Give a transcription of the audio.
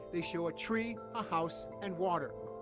they saw a tree, a house, and water.